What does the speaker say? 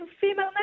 female